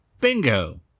bingo